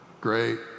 great